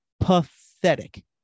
Pathetic